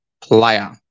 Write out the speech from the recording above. player